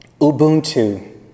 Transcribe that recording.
Ubuntu